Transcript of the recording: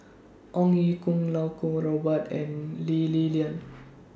Ong Ye Kung Iau Kuo Kwong Robert and Lee Li Lian